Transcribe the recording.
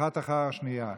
אחת אחרי השנייה.